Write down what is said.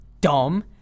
dumb